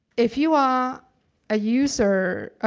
if you are a user,